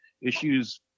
issues